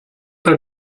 pas